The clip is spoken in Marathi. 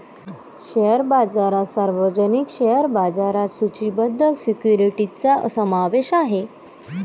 शेअर बाजारात सार्वजनिक शेअर बाजारात सूचीबद्ध सिक्युरिटीजचा समावेश आहे